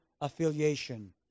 affiliation